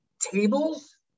tables